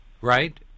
right